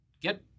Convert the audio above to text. Get